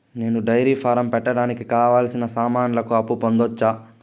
నేను dairy farm పెట్టడానికి కావాల్సిన సామాన్లకు అప్పు పొందొచ్చా?